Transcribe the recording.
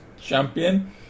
champion